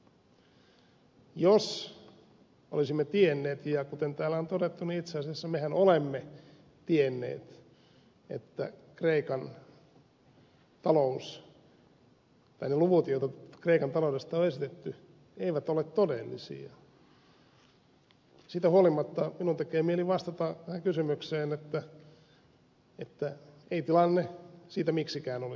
jos olisimme tienneet ja kuten täällä on todettu niin itse asiassa mehän olemme tienneet että ne luvut joita kreikan taloudesta on esitetty eivät ole todellisia siitä huolimatta minun tekee mieli vastata tähän kysymykseen että ei tilanne siitä miksikään olisi muuttunut